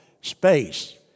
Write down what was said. space